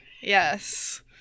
yes